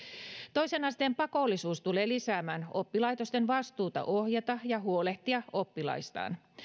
toisen asteen pakollisuus tulee lisäämään oppilaitosten vastuuta ohjata ja huolehtia oppilaistaan